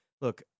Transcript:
Look